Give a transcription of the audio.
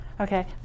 okay